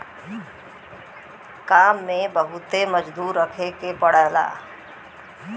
काम में बहुते मजदूर रखे के पड़ला